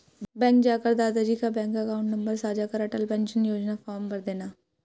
bank जाकर दादा जी का बैंक अकाउंट नंबर साझा कर अटल पेंशन योजना फॉर्म भरदेना